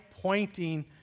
pointing